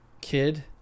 kid